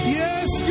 yes